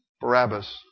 Barabbas